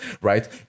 right